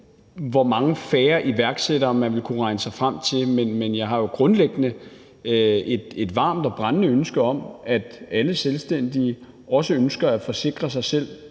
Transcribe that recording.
hvor mange færre iværksættere man vil kunne regne sig frem til at der er, men jeg har jo grundlæggende et varmt og brændende ønske om, at alle selvstændige vil forsikre sig selv